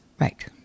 Right